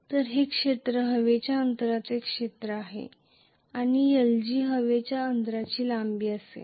तर हे क्षेत्र हवेच्या अंतरांचे क्षेत्र आहे आणि lg हवेच्या अंतराची लांबी असेल